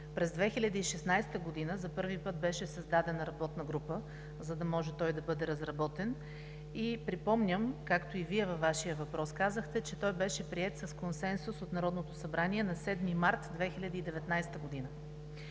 През 2016 г. за първи път беше създадена работна група, за да може той да бъде разработен. И припомням, както и Вие във Вашия въпрос казахте, че той беше приет с консенсус от Народното събрание на 7 март 2019 г.